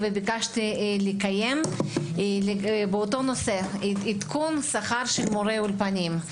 וביקשתי לקיים באותו נושא עדכון שכר מורי אולפנים.